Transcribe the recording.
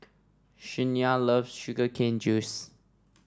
Shania loves Sugar Cane Juice